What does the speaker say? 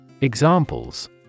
Examples